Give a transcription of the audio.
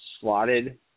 slotted